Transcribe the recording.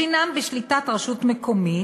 שהם בשליטת רשות מקומית,